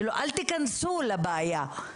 אל תיכנסו לבעיה,